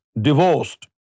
divorced